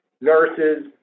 nurses